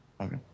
Okay